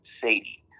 Sadie